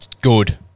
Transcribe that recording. Good